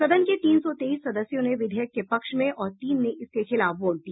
सदन के तीन सौ तेईस सदस्यों ने विधेयक के पक्ष में और तीन ने इसके खिलाफ वोट दिया